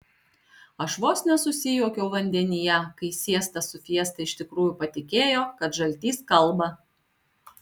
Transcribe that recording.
aš vos nesusijuokiau vandenyje kai siesta su fiesta iš tikrųjų patikėjo kad žaltys kalba